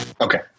Okay